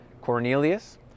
Cornelius